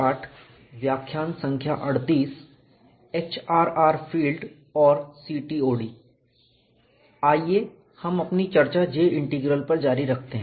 आइए हम अपनी चर्चा J इंटीग्रल पर जारी रखते हैं